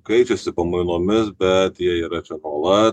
kaičiasi pamainomis bet jie yra čia nuolat